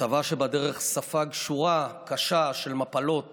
הצבא שבדרך ספג שורה קשה של מפלות